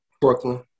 Brooklyn